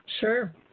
Sure